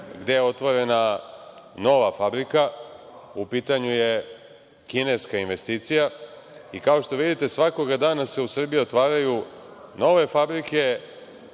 gde je otvorena nova fabrika. U pitanju je kineska investicija. Kao što vidite, svakoga dana se u Srbiji otvaraju nove fabrike